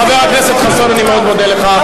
חבר הכנסת חסון, אני מאוד מודה לך.